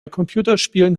computerspielen